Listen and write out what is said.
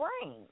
brain